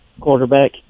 quarterback